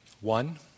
One